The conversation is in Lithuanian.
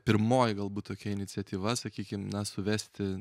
pirmoji galbūt tokia iniciatyva sakykim na suvesti